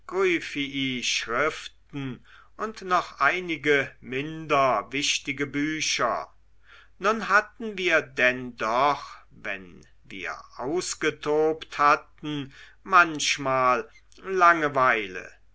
schriften und noch einige minder wichtige bücher nun hatten wir denn doch wenn wir ausgetobt hatten manchmal